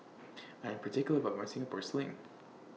I'm particular about My Singapore Sling